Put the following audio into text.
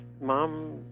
mom